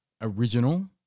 original